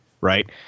right